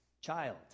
child